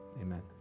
amen